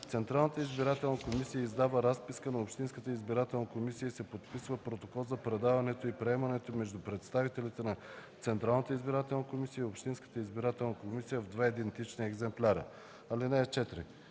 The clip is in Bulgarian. Централната избирателна комисия издава разписка на общинската избирателна комисия и се подписва протокол за предаването и приемането между представителите на Централната избирателна комисия и общинската избирателна комисия в два идентични екземпляра. (4)